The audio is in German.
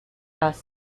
das